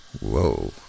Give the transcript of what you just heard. Whoa